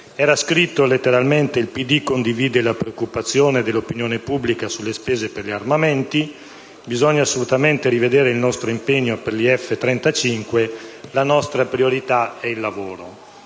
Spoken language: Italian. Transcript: era scritto letteralmente che il PD condivide la preoccupazione dell'opinione pubblica sulle spese per gli armamenti, che bisogna assolutamente rivedere il nostro impegno per gli F-35 e che la nostra priorità è il lavoro.